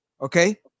Okay